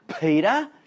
Peter